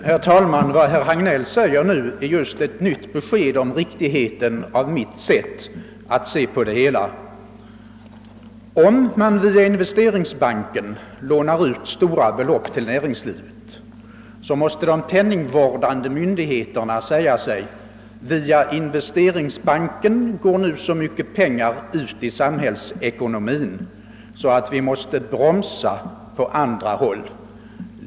Herr talman! Vad herr Hagnell säger nu är ett nytt besked om riktigheten i mitt sätt att se på det hela. Om man via investeringsbanken lånar ut stora belopp till näringslivet, måste de penningvårdande myndigheterna säga sig: » Via investeringsbanken går nu så mycket pengar ut i samhällsekonomin att vi måste bromsa på andra håll.